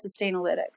Sustainalytics